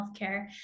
healthcare